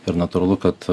ir natūralu kad